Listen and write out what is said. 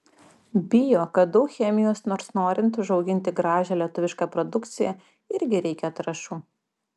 bijo kad daug chemijos nors norint užauginti gražią lietuvišką produkciją irgi reikia trąšų